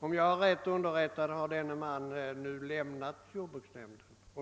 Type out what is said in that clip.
Om jag är riktigt underrättad har vederbörande nu lämnat jordbruksnämnden.